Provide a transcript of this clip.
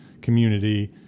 community